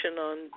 on